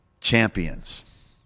Champions